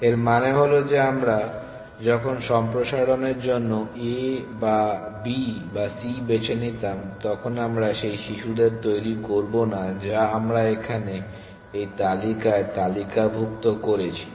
এর মানে হল যে যখন আমরা সম্প্রসারণের জন্য a বা b বা c বেছে নিতাম তখন আমরা সেই শিশুদের তৈরি করব না যা আমরা এখানে এই তালিকায় তালিকাভুক্ত করেছি